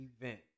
event